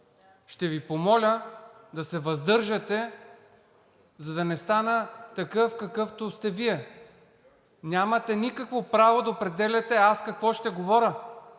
Ще Ви помоля да се въздържате, за да не стана такъв, какъвто сте Вие. Нямате никакво право да определяте аз какво ще говоря.